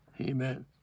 Amen